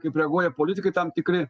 kaip reaguoja politikai tam tikri